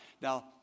now